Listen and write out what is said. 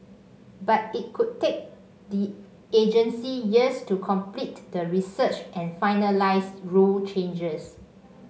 but it could take the agency years to complete the research and finalise rule changes